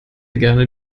gerne